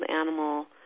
animal